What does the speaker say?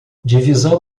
divisão